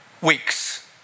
weeks